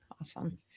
Awesome